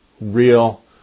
real